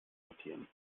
notieren